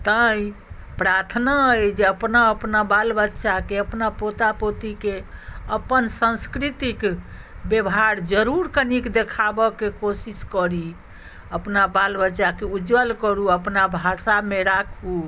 तैँ प्राथना अइ जे अपना अपना बाल बच्चाके अपना पोता पोतीके अपन संस्कृतिक व्यवहार जरूर कनिक देखाबयके कोशिश करी अपना बाल बच्चाके उज्ज्वल करू अपना भाषामे राखू